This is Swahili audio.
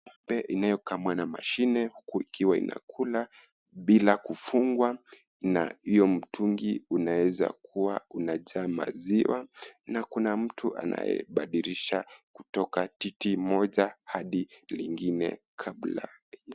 Ng'ombe inayokamwa na mashine huku ikiwa inakula bila kufungwa na hiyo mtungi inaweza kuwa unajaa maziwa na kuna mtu anayebadilisha kutoka titi moja hadi lingine kabla.